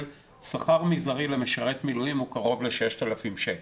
שכר מזערי למשרת מילואים הוא קרוב ל-6,000 שקל.